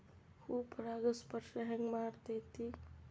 ಹೂ ಪರಾಗಸ್ಪರ್ಶ ಹೆಂಗ್ ಮಾಡ್ತೆತಿ?